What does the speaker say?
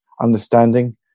understanding